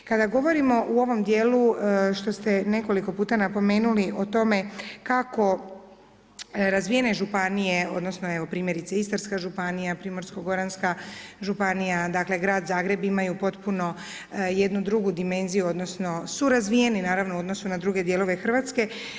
Kada govorimo u ovom dijelu što ste nekoliko puta napomenuli o tome kako razvijene županije odnosno evo primjerice Istarska županija, Primorsko-goranska županija, dakle Grad Zagreb imaju potpuno jednu drugu dimenziju odnosno su razvijeni naravno u odnosu na druge dijelove Hrvatske.